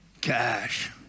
cash